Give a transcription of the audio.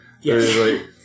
Yes